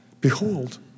behold